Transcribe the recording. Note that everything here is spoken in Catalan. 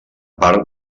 part